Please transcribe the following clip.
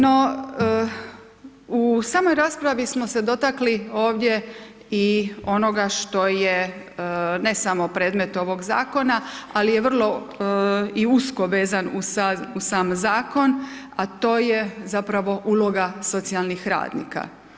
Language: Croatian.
No u samoj raspravi smo se dotakli ovdje i onoga što je ne samo predmet ovog zakona ali je vrlo i usko vezan uz sam zakon a to je zapravo uloga socijalnih radnika.